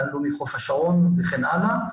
גן לאומי חוף השרון וכן הלאה.